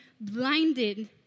blinded